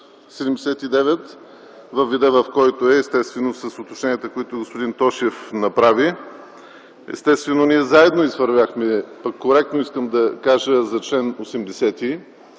79 във вида, в който е, естествено с уточненията, които господин Тошев направи. Естествено ние заедно извървяхме пътя, коректно искам да кажа това.